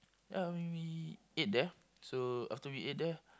ya we we ate there so after we ate there